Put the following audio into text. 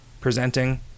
presenting